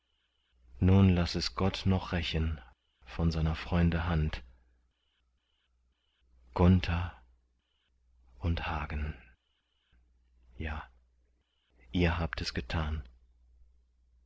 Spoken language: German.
nun laß es gott noch rächen von seiner freunde hand gunther und hagen ja ihr habt es getan